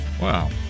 Wow